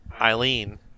Eileen